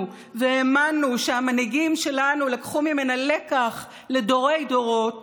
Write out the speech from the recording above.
והאמנו שהמנהיגים שלנו לקחו ממנה לקח לדורי-דורות